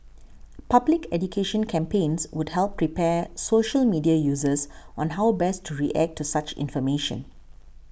public education campaigns would help prepare social media users on how best to react to such information